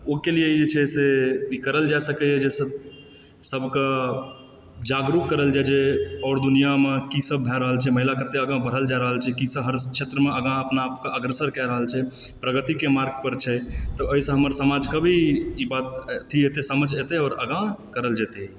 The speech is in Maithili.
तऽ ओके लिए इ छै जे ई करल जाइ सकैए जाहिसँ सभक जागरूक करल जाइ जे आओर दुनिआमे की सभ भै रहल छै महिला कतय आगाँ बढ़ल जा रहल छै की सभ हर क्षेत्रमे आगाँ अपना आपके अग्रसर कए रहल छै प्रगतिके मार्ग पर छै तऽ एहिसँ हमर समाजके भी ई बात अथी समझ एतय आओर आगाँ करल जेतय